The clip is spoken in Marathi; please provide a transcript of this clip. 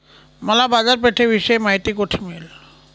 मला बाजारपेठेविषयी माहिती कोठे मिळेल?